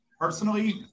personally